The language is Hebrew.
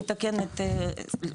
מנהלת הוועדה, שלומית אבינוח.